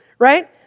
right